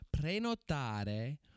prenotare